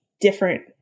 different